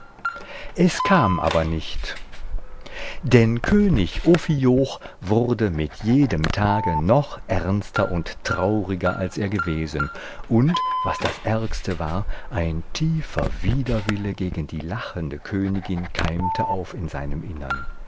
es kam aber nicht denn könig ophioch wurde mit jedem tage noch ernster und trauriger als er gewesen und was das ärgste war ein tiefer widerwille gegen die lachende königin keimte auf in seinem innern